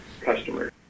customers